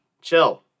Chill